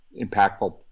impactful